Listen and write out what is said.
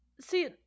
See